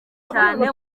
cyane